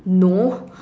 no